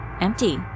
empty